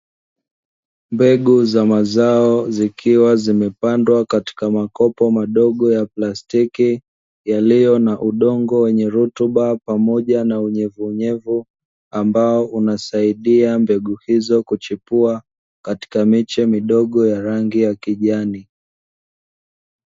Mbegu za mazao, zikiwa zimepandwa katika makopo madogo ya plastiki yaliyo na udongo wenye rutuba pamoja na unyevunyevu, ambao unasaidia mbegu hizo kuchipua katika miche midogo ya rangi ya kijani.